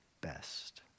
best